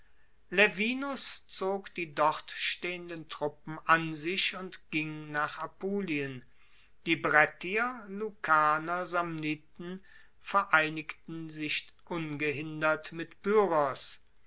laevinus zog die dort stehenden truppen an sich und ging nach apulien die brettier lucaner samniten vereinigten sich ungehindert mit